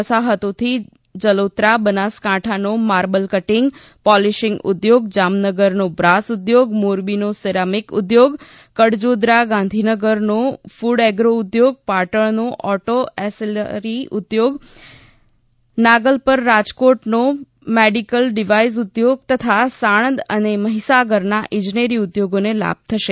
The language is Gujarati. વસાહતોથી જલોત્રા બનાસકાંઠાનો માર્બલ કટીંગ પોલીશીંગ ઉદ્યોગ જામનગરનો બ્રાસ ઉદ્યોગ મોરબીનો સિરામિક ઉદ્યોગ કડજોદરા ગાંધીનગરનો ફૂડ એગ્રો ઉદ્યોગ પાટણનો ઓટો એંસિલરી ઉદ્યોગ નાગલપર રાજકોટનો મેડિકલ ડિવાઇસ ઊદ્યોગ તથાઆણંદ અને મહિસાગરના ઇજનેરી ઉદ્યોગોને લાભ થશે